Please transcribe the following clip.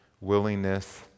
willingness